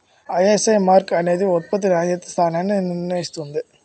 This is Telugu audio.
ఐఎస్ఐ మార్క్ అనేది ఉత్పత్తి నాణ్యతా స్థాయిని నిర్ణయిస్తుంది